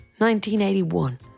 1981